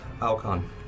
Alcon